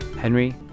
Henry